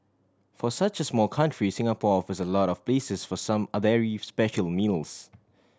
for such a small country Singapore offers a lot of places for some very special meals